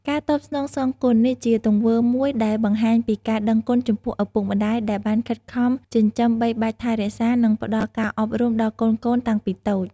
ការតបស្នងសងគុណ នេះជាទង្វើមួយដែលបង្ហាញពីការដឹងគុណចំពោះឪពុកម្ដាយដែលបានខិតខំចិញ្ចឹមបីបាច់ថែរក្សា និងផ្ដល់ការអប់រំដល់កូនៗតាំងពីតូច។